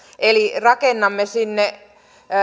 rakennamme sinne